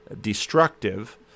destructive